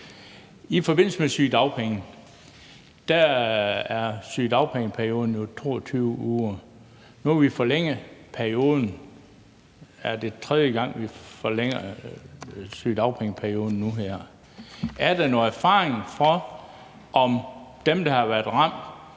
I forbindelse med sygedagpenge er sygedagpengeperioden jo 22 uger. Nu har vi forlænget perioden; jeg tror, det er tredje gang, vi forlænger sygedagpengeperioden nu her. Er der noget erfaring med, at dem, der har været ramt